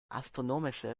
astronomische